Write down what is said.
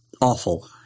awful